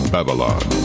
Babylon